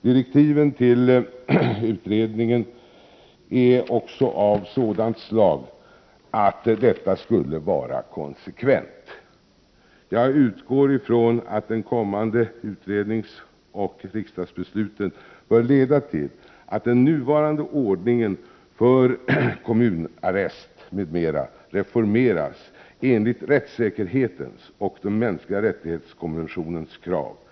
Direktiven till utredningen är också av sådant slag att detta skulle vara konsekvent. Jag utgår från att den kommande utredningen och riksdagsbeslutet bör leda till att den nuvarande ordningen för kommunarrest m.m. reformeras enligt rättssäkerhetens krav och enligt kraven i konventionen om de mänskliga rättighetern.